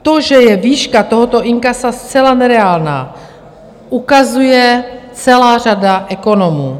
To, že je výška tohoto inkasa zcela nereálná, ukazuje celá řada ekonomů.